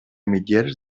mitgeres